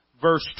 verse